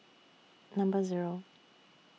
Number Zero